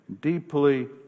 deeply